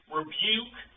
rebuke